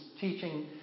teaching